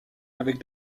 avec